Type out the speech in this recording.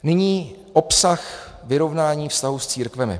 Nyní obsah vyrovnání vztahu s církvemi.